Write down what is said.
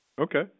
Okay